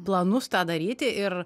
planus tą daryti ir